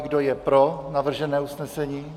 Kdo je pro navržené usnesení?